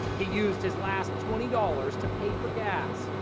he used his last twenty dollars to pay for gas.